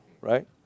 Right